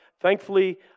Thankfully